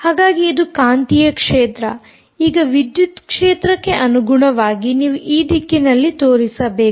ಹಾಗಾಗಿ ಇದು ಕಾಂತೀಯ ಕ್ಷೇತ್ರ ಈಗ ವಿದ್ಯುತ್ ಕ್ಷೇತ್ರಕ್ಕೆ ಅನುಗುಣವಾಗಿ ನೀವು ಈ ದಿಕ್ಕಿನಲ್ಲಿ ತೋರಿಸಬೇಕು